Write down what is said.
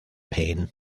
pain